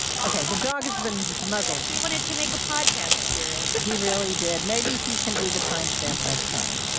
ok. the dog has been muzzled he wanted to make a podcast appearance he really did. maybe he can do the timestamp next time ah